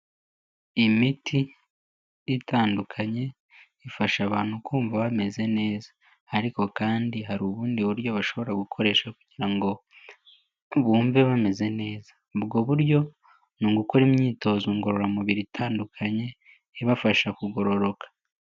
Imiti itandukanye ifasha abantu kumva bameze neza, ariko kandi hari ubundi buryo bashobora gukoresha kugira ngo bumve bameze neza, ubwo buryo ni ugukora imyitozo ngororamubiri itandukanye ibafasha kugororoka.